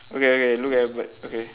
okay okay look at the bird okay